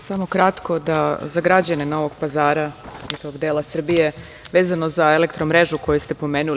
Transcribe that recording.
Samo kratko da za građane Novog Pazara i tog dela Srbije vezano za elektro mrežu koju ste pomenuli.